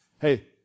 Hey